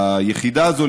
היחידה הזו,